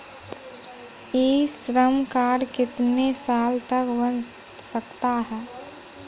ई Shram card कितने साल तक बन सकता है?